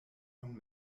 von